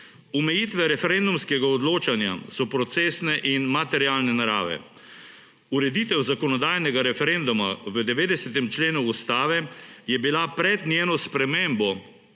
Omejitve referendumskega odločanja so procesne in materialne narave. Ureditev zakonodajnega referenduma v 90. členu ustave je bila pred njeno spremembo